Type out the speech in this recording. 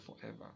forever